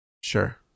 Sure